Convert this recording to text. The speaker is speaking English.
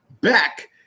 back